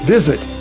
Visit